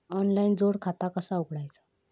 Online जोड खाता कसा उघडायचा?